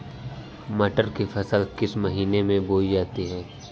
मटर की फसल किस महीने में बोई जाती है?